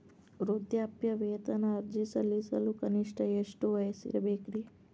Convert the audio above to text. ವೃದ್ಧಾಪ್ಯವೇತನ ಅರ್ಜಿ ಸಲ್ಲಿಸಲು ಕನಿಷ್ಟ ಎಷ್ಟು ವಯಸ್ಸಿರಬೇಕ್ರಿ?